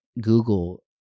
Google